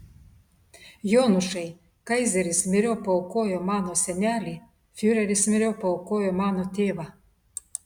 jonušai kaizeris myriop paaukojo mano senelį fiureris myriop paaukojo mano tėvą